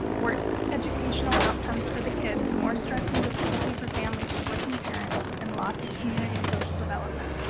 worse educational outcomes for the kids, more stress and difficulty for families with working parents, and loss of community social development.